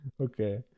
Okay